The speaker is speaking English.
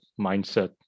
mindset